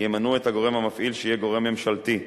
ימנו את הגורם המפעיל שיהיה גורם ממשלתי,